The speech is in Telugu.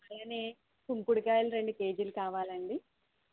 అలాగే కుంకుడు కాయలు రెండు కేజీలు కావాలండి